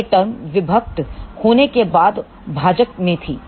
यह टर्म विभक्त होने के बाद भाजक मे थी